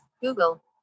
Google